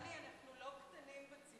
דני, אנחנו לא קטנים בציבור.